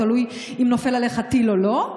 תלוי אם נופל עליך טיל או לא,